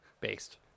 based